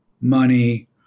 money